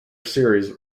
series